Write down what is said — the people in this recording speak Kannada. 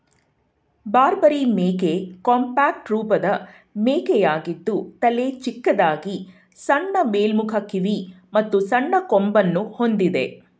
ಬಾರ್ಬರಿ ಮೇಕೆ ಕಾಂಪ್ಯಾಕ್ಟ್ ರೂಪದ ಮೇಕೆಯಾಗಿದ್ದು ತಲೆ ಚಿಕ್ಕದಾಗಿ ಸಣ್ಣ ಮೇಲ್ಮುಖ ಕಿವಿ ಮತ್ತು ಸಣ್ಣ ಕೊಂಬನ್ನು ಹೊಂದಿದೆ